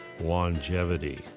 longevity